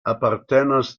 apartenas